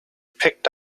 picked